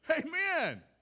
Amen